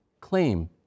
claim